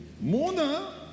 Mona